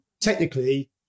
technically